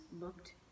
looked